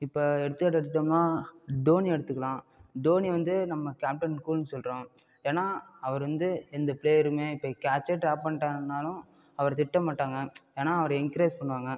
இப்போ எடுத்துக்காட்டுக்கு எடுத்துட்டோம்னா தோனியை எடுத்துக்கலாம் தோனி வந்து நம்ம கேப்டன்கூல் சொல்லுறோம் ஏன்னா அவர் வந்து எந்த ப்ளேயரையுமே இப்போ கேட்ச்சே ட்ராப் பண்ணிவிட்டாங்கனாலும் அவர் திட்ட மாட்டாங்க ஏன்னா அவர் என்கரேஜ் பண்ணுவாங்க